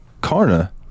Karna